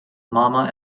mama